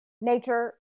nature